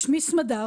"שמי סמדר,